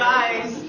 Guys